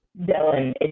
Dylan